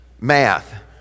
Math